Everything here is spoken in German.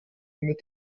mit